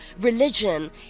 religion